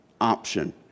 option